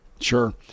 Sure